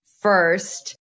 first